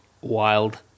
wild